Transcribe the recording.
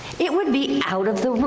it would be out of the,